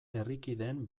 herrikideen